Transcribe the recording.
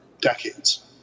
decades